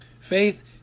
Faith